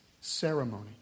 ceremony